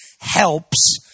helps